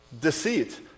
deceit